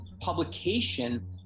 publication